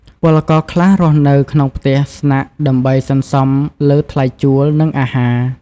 ពលករខ្លះរស់នៅក្នុងផ្ទះស្នាក់ដើម្បីសន្សំលើថ្លៃជួល និងអាហារ។